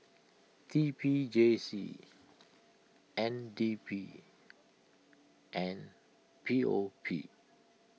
T P J C N D B and P O P